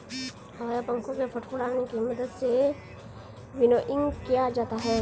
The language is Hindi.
हवा या पंखों के फड़फड़ाने की मदद से विनोइंग किया जाता है